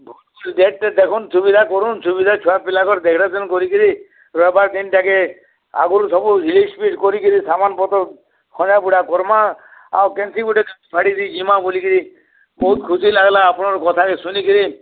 ଭଲ୍ ସେ ଡେଟ୍ ଟେ ଦେଖୁନ୍ ସୁବିଧା କରୁନ୍ ସୁବିଧା ଛୁଆପିଲାଙ୍କର୍ କରିକିରି ରବିବାର୍ ଦିନ୍ଟାକେ ଆଗ୍ରୁ ସବୁ ଲିଷ୍ଟ୍ ଫିଷ୍ଟ୍ କରିକିରି ସାମାନ୍ ପତର୍ ଖଞ୍ଜା ବୁଡ଼ା କର୍ମା ଆଉ କେନ୍ସି ଗୁଟେ ଛାଡ଼ିକି ଯିମା ବୋଲିକିରି ବହୁତ୍ ଖୁସି ଲାଗ୍ଲା ଆପଣ୍ କଥା କେ ଶୁନିକିରି